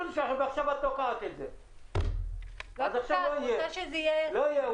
עכשיו את תוקעת את זה וזה לא יהיה.